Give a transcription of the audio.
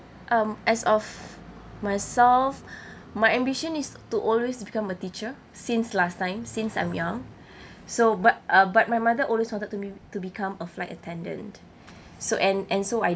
um as of myself my ambition is to always become a teacher since last time since I'm young so but uh but my mother always wanted to me to become a flight attendant so and and so I